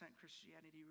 Christianity